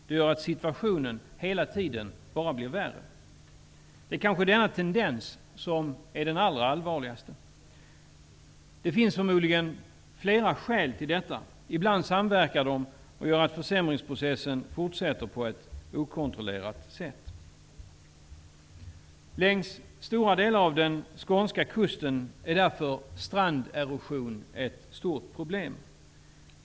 Det gör att situationen hela tiden bara blir värre. Det kanske är denna tendens som är den allra allvarligaste. Det finns förmodligen flera skäl till detta. Ibland samverkar de och gör att försämringsprocessen fortsätter på ett okontrollerat sätt. Längs stora delar av den skånska kusten är därför stranderosion ett stort problem.